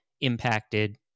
impacted